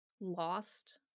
lost